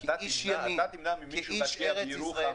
אתה תמנע ממישהו להשקיע בירוחם,